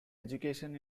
education